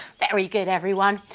very good everyone!